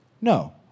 No